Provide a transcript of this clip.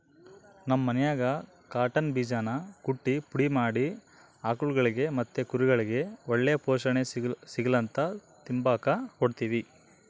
ನಮ್ ಮನ್ಯಾಗ ಕಾಟನ್ ಬೀಜಾನ ಕುಟ್ಟಿ ಪುಡಿ ಮಾಡಿ ಆಕುಳ್ಗುಳಿಗೆ ಮತ್ತೆ ಕುರಿಗುಳ್ಗೆ ಒಳ್ಳೆ ಪೋಷಣೆ ಸಿಗುಲಂತ ತಿಂಬಾಕ್ ಕೊಡ್ತೀವಿ